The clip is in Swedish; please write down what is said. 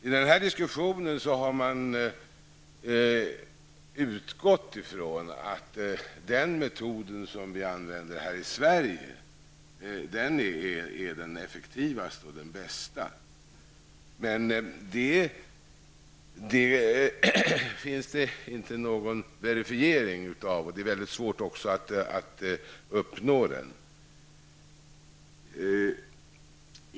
I denna diskussion utgår man ifrån att den metod som används här i Sverige är den effektivaste och den bästa, men detta är inte verifierat och det är också väldigt svårt att få en verifiering.